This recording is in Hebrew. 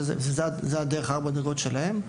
וזה דרך ארבע הדרגות שלהם,